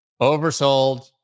oversold